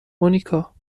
مونیکا